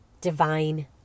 divine